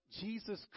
Jesus